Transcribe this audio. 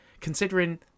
considering